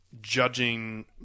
judging